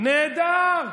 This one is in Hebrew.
נהדר.